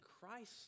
Christ